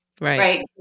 right